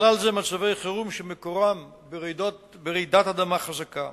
בכלל זה מצבי חירום שמקורם ברעידת אדמה חזקה.